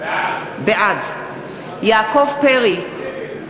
בעד יעקב פרי,